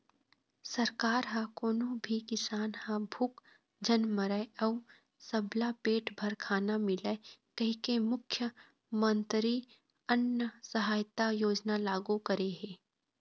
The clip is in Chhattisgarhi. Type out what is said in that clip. सरकार ह कोनो भी किसान ह भूख झन मरय अउ सबला पेट भर खाना मिलय कहिके मुख्यमंतरी अन्न सहायता योजना लागू करे हे